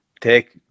take